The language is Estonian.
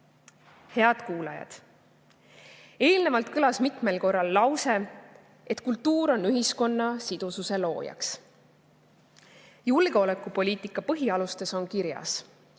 Head kuulajad! Eelnevalt kõlas mitmel korral lause, et kultuur on ühiskonna sidususe looja. Julgeolekupoliitika põhialustes on kirjas: